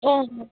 অঁ